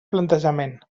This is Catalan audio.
plantejament